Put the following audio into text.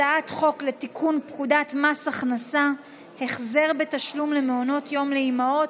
הצעת חוק לתיקון פקודת מס הכנסה (החזר בתשלום למעונות יום לאימהות),